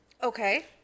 Okay